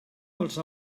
dels